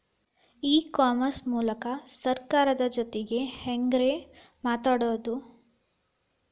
E commerce ಮೂಲಕ ಸರ್ಕಾರದ ಜೊತಿಗೆ ಹ್ಯಾಂಗ್ ರೇ ಮಾತಾಡೋದು?